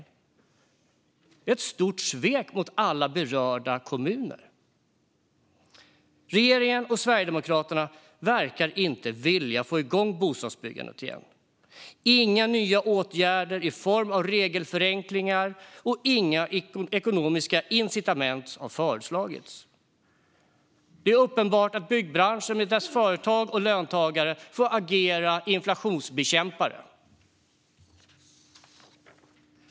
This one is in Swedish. Det är ett stort svek mot alla berörda kommuner. Regeringen och Sverigedemokraterna verkar inte vilja få igång bostadsbyggandet igen. Inga nya åtgärder i form av regelförenklingar och inga ekonomiska incitament har föreslagits. Det är uppenbart att byggbranschens företag och löntagare får agera inflationsbekämpare.